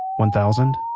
one thousand.